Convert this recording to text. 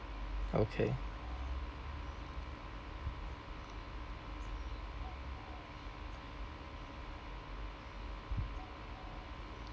okay